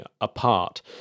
apart